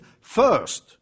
first